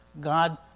God